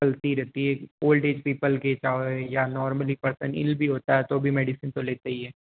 चलती रहती है ओल्ड ऐज पीपल कैसा हो या नाॅर्मल पर्सन ईल भी होता है तो भी मेडिसिन तो लेते ही हैं